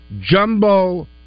jumbo